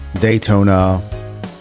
Daytona